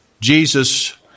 Jesus